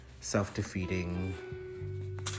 self-defeating